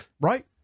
right